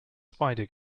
spider